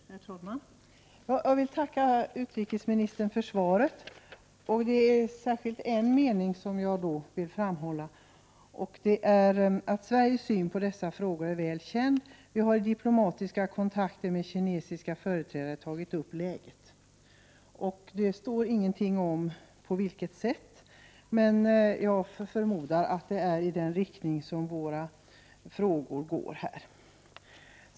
Herr talman! Jag vill tacka utrikesministern för svaret. Det är särskilt två meningar som jag vill framföra: ”Sveriges syn på dessa frågor är väl känd. Vi har i diplomatiska kontakter med kinesiska företrädare tagit upp läget i Tibet.” I svaret sägs inte någonting om på vilket sätt, men jag förmodar att det är i den riktning som våra frågor går.